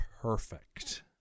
perfect